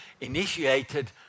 initiated